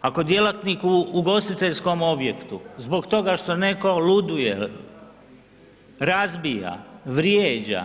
Ako djelatnik u ugostiteljskom objektu zbog toga što netko luduje, razbija, vrijeđa,